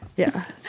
yeah